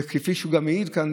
וכפי שהוא גם מעיד פה,